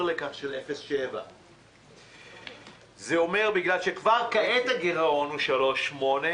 לכך של 0.7%. בגלל שכבר כעת הגירעון הוא 3.8%,